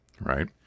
right